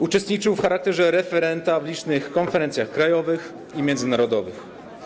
Uczestniczył w charakterze referenta w licznych konferencjach krajowych i międzynarodowych.